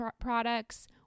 products